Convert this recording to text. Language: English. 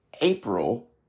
April